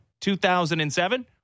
2007